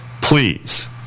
Please